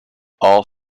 all